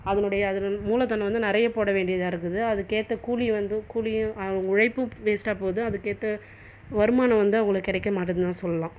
அதனுடைய மூலதனம் வந்து நிறைய போட வேண்டியதான் இருந்தது அதுக்கேற்ற கூலி வந்து கூலி உழைப்பு வேஸ்டாக போது அதுக்கேற்ற வருமானம் வந்து அவங்களுக்கு கிடைக்க மாட்டுதுன்னுதான் சொல்லலாம்